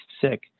sick